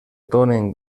donen